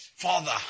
Father